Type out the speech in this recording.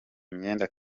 imyenda